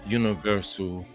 universal